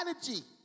strategy